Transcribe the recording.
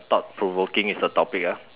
thought provoking is the topic ah